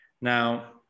Now